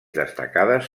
destacades